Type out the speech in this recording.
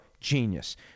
genius